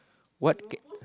what c~